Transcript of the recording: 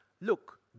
look